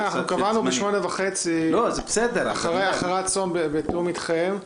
לא, אנחנו קבענו ב-20:30 אחרי הצום בתיאום אתכם.